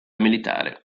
militare